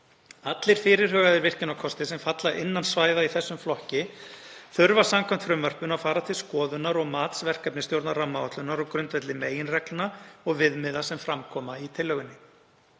Allir fyrirhugaðir virkjunarkostir sem falla innan svæða í þessum flokki þurfa samkvæmt frumvarpinu að fara til skoðunar og mats verkefnisstjórnar rammaáætlunar á grundvelli meginreglna og viðmiða sem fram koma í tillögunni.